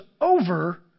over